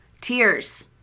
Tears